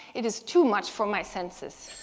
it is too much for my senses.